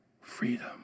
freedom